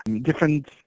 different